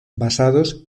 basados